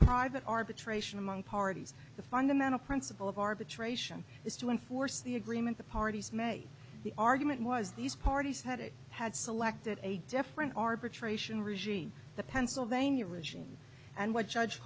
private arbitration among parties the fundamental principle of arbitration is to enforce the agreement the parties may the argument was these parties had it had selected a different arbitration regime the pennsylvania regime and wh